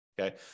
okay